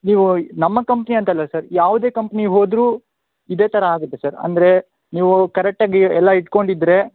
ನೀವು ನಮ್ಮ ಕಂಪ್ನಿ ಅಂತ ಅಲ್ಲ ಸರ್ ಯಾವುದೇ ಕಂಪ್ನಿಗೆ ಹೋದರೂ ಇದೇ ಥರ ಆಗುತ್ತೆ ಸರ್ ಅಂದರೆ ನೀವು ಕರೆಕ್ಟಾಗಿ ಎಲ್ಲ ಇಟ್ಕೊಂಡು ಇದ್ದರೆ